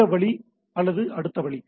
இந்த வழி அல்லது அந்த வழி